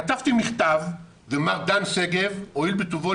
כתבתי מכתב ומר דן שגב הואיל בטובו